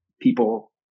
people